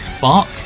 Bark